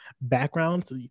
backgrounds